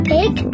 Pig